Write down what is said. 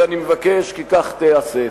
ואני מבקש כי כך ייעשה.